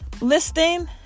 listing